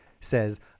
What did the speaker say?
says